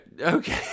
okay